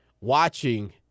watching